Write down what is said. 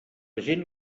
gent